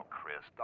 Chris